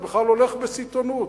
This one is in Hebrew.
זה בכלל הולך בסיטונות.